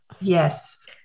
Yes